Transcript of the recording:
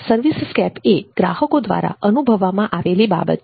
service સ્કેપ એ ગ્રાહકો દ્વારા અનુભવવામાં આવેલી બાબત છે